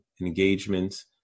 engagement